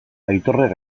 aitorrek